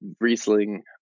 riesling